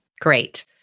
great